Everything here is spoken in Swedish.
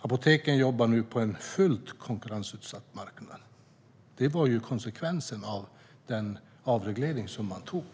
Apoteken jobbar nu på en fullt konkurrensutsatt marknad. Det var konsekvensen av det avregleringsbeslut man tog.